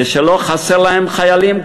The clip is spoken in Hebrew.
ושלא חסרים להם חיילים,